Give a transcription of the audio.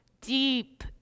deep